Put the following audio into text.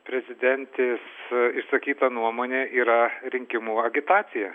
prezidentės išsakyta nuomonė yra rinkimų agitacija